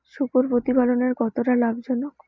শূকর প্রতিপালনের কতটা লাভজনক?